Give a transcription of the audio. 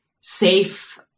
safe